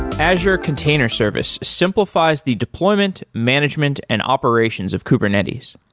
azure container service simplifies the deployment, management and operations of kubernetes.